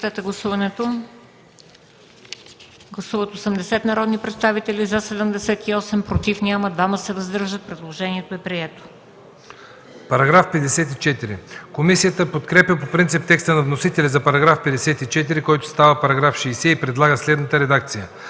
Параграф 54. Комисията подкрепя по принцип текста на вносителя за § 54, който става § 60 и предлага следната редакция: